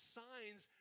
signs